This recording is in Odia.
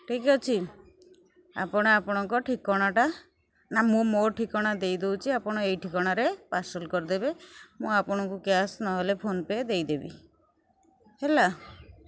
ଠିକ୍ ଅଛି ଆପଣ ଆପଣଙ୍କ ଠିକଣା ଟା ନା ମୁଁ ମୋ ଠିକଣା ଦେଇଦଉଛି ଆପଣ ଏଇ ଠିକଣା ରେ ପାର୍ସଲ୍ କରିଦେବେ ମୁଁ ଆପଣଙ୍କୁ କ୍ୟାସ୍ ନହେଲେ ଫୋନ୍ପେ ଦେଇଦେବି ହେଲା